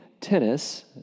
tennis